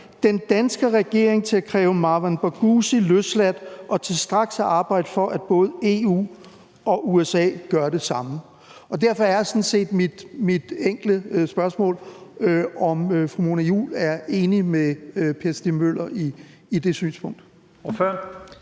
den danske regering til at kræve Marwan Barghouti løsladt og straks arbejde for, at både EU og USA gør det samme. Derfor er mit enkle spørgsmål sådan set, om fru Mona Juul er enig med Per Stig Møller i det synspunkt.